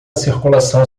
circulação